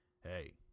hey